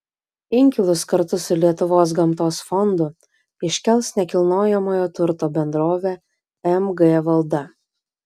inkilus kartu su lietuvos gamtos fondu iškels nekilnojamojo turto bendrovė mg valda